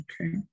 okay